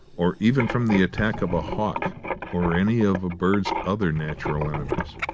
or even from the attack of a hawk or any of a bird's other natural enemies.